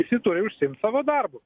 visi turi užsiimt savo darbu